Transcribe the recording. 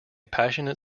passionate